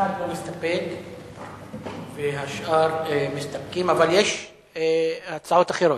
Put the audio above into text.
אחד לא מסתפק והשאר מסתפקים, אבל יש הצעות אחרות.